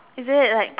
is it like